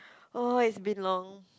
oh it's been long